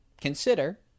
consider